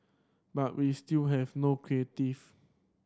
but we still have no creative